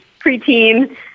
preteen